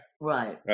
Right